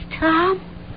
Tom